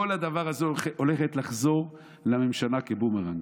כל הדבר הזה הולך לחזור לממשלה כבומרנג.